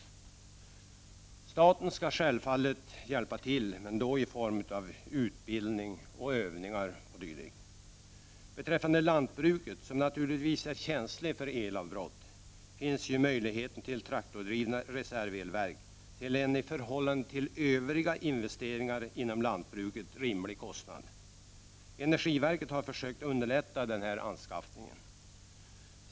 Staten skall självfallet hjälpa till men då i form av utbildning, övningar och dylikt. Beträffande lantbruket, som naturligtvis är känsligt för elavbrott, finns ju möjligheten till traktordrivna reservelverk till en i förhållande till övriga investeringar inom lantbruket rimlig kostnad. Energiverket har försökt underlätta den anskaffningen.